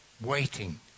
waiting